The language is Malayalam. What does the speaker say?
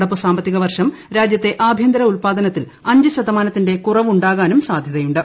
നടപ്പു സാമ്പത്തികവർഷം രാജ്യത്തെ ആഭ്യന്തര ഉൽപാദനത്തിൽ അഞ്ച് ശതമാനത്തിന്റെ കുറവുണ്ടാകാനും സാധ്യതയുണ്ട്